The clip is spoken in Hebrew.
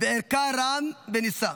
וערכה רם ונישא.